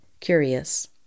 curious